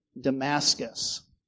Damascus